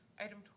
item